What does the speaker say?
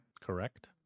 Correct